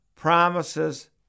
Promises